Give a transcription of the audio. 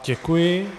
Děkuji.